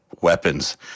weapons